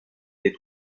des